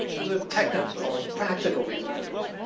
there's a technical but or practical reason for this.